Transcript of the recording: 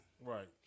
Right